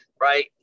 right